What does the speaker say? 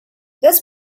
this